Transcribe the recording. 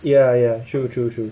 ya ya true true true